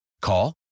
Call